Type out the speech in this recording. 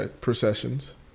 processions